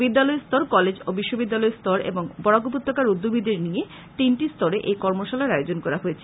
বিদ্যালয় স্তর কলেজ ও বিশ্ববিদ্যালয় স্তর এবং বরাক উপত্যকার উদ্যোমীদের নিয়ে তিনটি স্তরে এই কর্মশালার আয়োজন করা হয়েছে